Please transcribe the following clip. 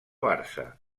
barça